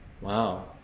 wow